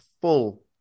full